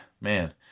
man